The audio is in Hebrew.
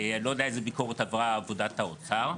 לא יודע איזה ביקורת עברה עבודת האוצר.